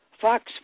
Fox